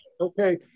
okay